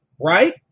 right